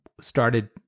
started